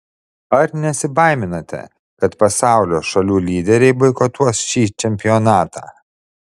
ar nesibaiminate kad pasaulio šalių lyderiai boikotuos šį čempionatą